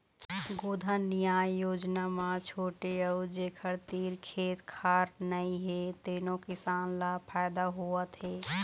गोधन न्याय योजना म छोटे अउ जेखर तीर खेत खार नइ हे तेनो किसान ल फायदा होवत हे